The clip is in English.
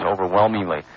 overwhelmingly